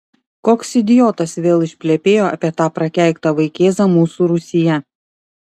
koks idiotas vėl išplepėjo apie tą prakeiktą vaikėzą mūsų rūsyje